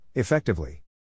Effectively